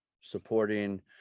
supporting